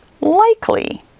likely